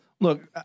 look